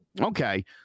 Okay